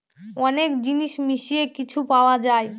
অনেক জিনিস মিশিয়ে কিছু পাওয়া যায়